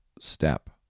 step